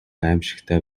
аймшигтай